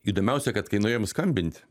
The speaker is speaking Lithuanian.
įdomiausia kad kai nuėjom skambint